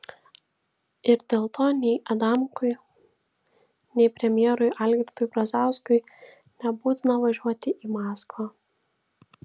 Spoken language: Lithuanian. ir dėl to nei adamkui nei premjerui algirdui brazauskui nebūtina važiuoti į maskvą